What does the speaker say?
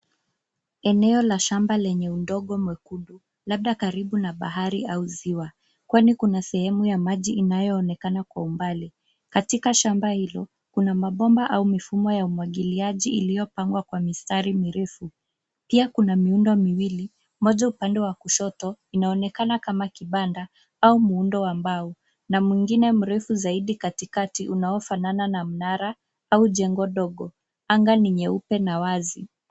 Eneo la shamba lenye udongo mwekundu labda karibu na bahari au ziwa kwani kuna sehemu ya maji inayoonenakana kwa umbali. Katika shamba hilo, kuna mabomba au mifumo ya umwagiliaji iliyopangwa kwa mistari mirefu. Pia kuna miundo miwili, moja upande wa kushoto inaonekana kama kibanda au muundo wa mbao na mwingine mrefu zaidi katikati unaofanana na mnara au jengo ndogo. Anga ni nyeupe na wazi.